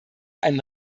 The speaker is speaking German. einen